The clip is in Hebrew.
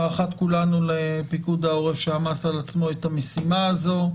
הערכת כולנו לפיקוד העורף שעמס על עצמו את המשימה הזו.